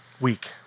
week